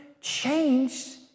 changed